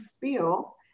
feel